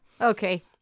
Okay